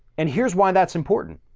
and here's why that's important,